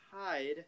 hide